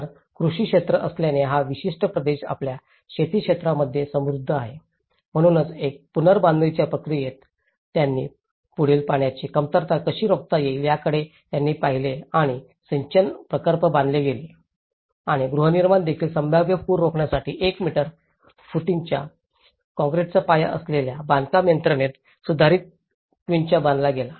तर कृषी क्षेत्र असल्याने हा विशिष्ट प्रदेश आपल्या शेती क्षेत्रामध्ये समृद्ध आहे म्हणूनच एक पुनर्बांधणीच्या प्रक्रियेत आहे त्यांनी पुढील पाण्याची कमतरता कशी रोखता येईल याकडे त्यांनी पाहिले आणि सिंचन प्रकल्प बांधले गेले आहेत आणि गृहनिर्माण देखील संभाव्य पूर रोखण्यासाठी 1 मीटर फूटिंगच्या काँक्रीट पाया असलेल्या बांधकाम यंत्रणेत सुधारित क्विन्चा बांधला गेला